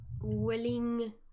willing